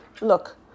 look